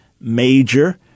major